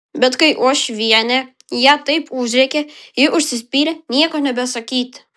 bet kai uošvienė ją taip užrėkė ji užsispyrė nieko nebesakyti